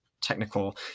technical